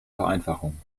vereinfachung